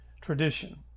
tradition